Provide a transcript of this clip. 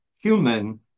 human